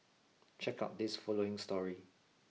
check out this following story